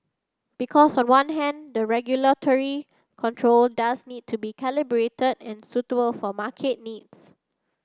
because a one hand the regulatory control does need to be calibrated and suitable for market needs